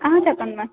చెప్పండి మ్యామ్